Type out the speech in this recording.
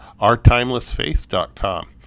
ourtimelessfaith.com